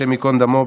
השם ייקום דמו,